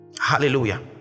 hallelujah